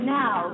now